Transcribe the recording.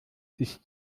sich